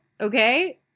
okay